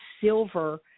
silver